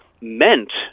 meant